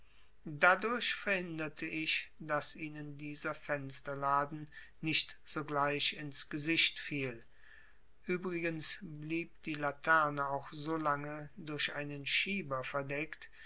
dadurch verhinderte ich daß ihnen dieser fensterladen nicht sogleich ins gesicht fiel übrigens blieb die laterne auch solange durch einen schieber verdeckt